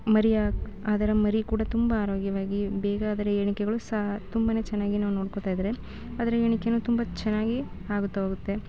ಮರಿ ಹಾಕಿ ಅದರ ಮರಿ ಕೂಡ ತುಂಬ ಆರೋಗ್ಯವಾಗಿ ಬೇಗ ಅದರ ಹೇಳಿಕೆಗಳು ಸಹ ತುಂಬನೇ ಚೆನ್ನಾಗಿ ನಾವು ನೋಡ್ಕೊಳ್ತಾಯಿದ್ದಾರೆ ಅದರ ಹೇಳಿಕೆಯೂ ತುಂಬ ಚೆನ್ನಾಗಿ ಆಗುತ್ತಾ ಹೋಗುತ್ತೆ